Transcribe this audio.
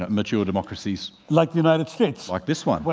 mature democracies. like the united states. like this one.